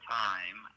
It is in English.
time